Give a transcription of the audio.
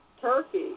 Turkey